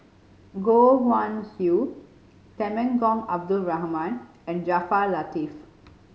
Goh Guan Siew Temenggong Abdul Rahman and Jaafar Latiff